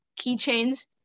keychains